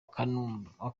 kanumba